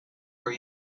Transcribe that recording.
were